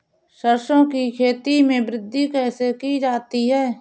सरसो की खेती में वृद्धि कैसे की जाती है?